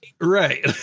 Right